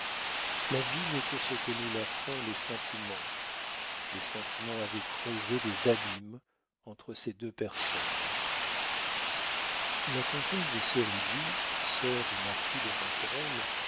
la vie n'est que ce que nous la font les sentiments les sentiments avaient creusé des abîmes entre ces deux personnes la comtesse de sérizy sœur du marquis de